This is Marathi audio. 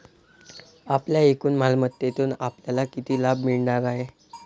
आपल्या एकूण मालमत्तेतून आपल्याला किती लाभ मिळणार आहे?